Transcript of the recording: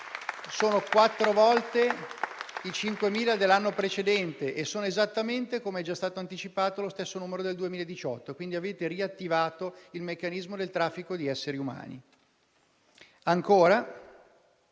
sono quattro volte i 5.000 dell'anno precedente e sono esattamente, come già è stato anticipato, lo stesso numero del 2018. Quindi avete riattivato il meccanismo del traffico degli esseri umani. Chiedo